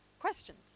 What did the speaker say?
questions